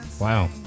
wow